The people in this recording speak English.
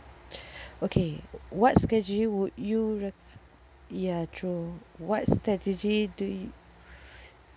okay what schedule would you re~ ya true what strategy do yo~